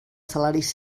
salaris